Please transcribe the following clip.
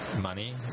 money